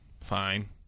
fine